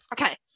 Okay